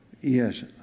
Yes